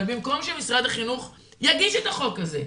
אבל במקום שמשרד החינוך יגיד את החוק הזה,